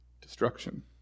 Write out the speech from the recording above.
destruction